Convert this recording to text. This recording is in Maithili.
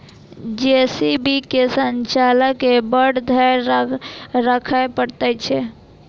जे.सी.बी के संचालक के बड़ धैर्य राखय पड़ैत छै